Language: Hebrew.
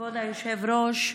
כבוד היושב-ראש,